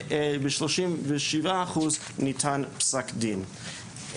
וב-37% ניתן פסק דין.